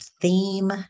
theme